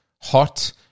hot